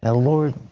and lord,